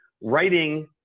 writing